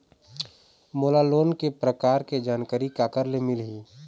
मोला लोन के प्रकार के जानकारी काकर ले मिल ही?